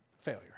failure